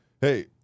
hey